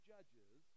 Judges